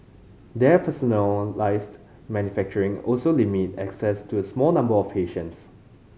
their personalised manufacturing also limit access to a small number of patients